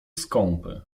skąpy